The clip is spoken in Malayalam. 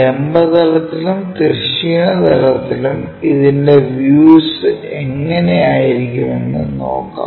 ലംബ തലത്തിലും തിരശ്ചീന തലത്തിലും ഇതിന്റെ വ്യൂസ് എങ്ങിനെ ആയിരിക്കും എന്ന് നോക്കാം